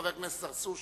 חבר הכנסת צרצור,